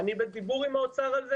אני בדיבור עם האוצר על זה.